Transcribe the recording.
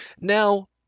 Now